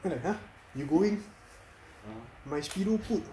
then like !huh! you going my speedo put